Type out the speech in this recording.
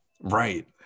right